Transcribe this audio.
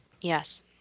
Yes